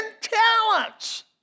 talents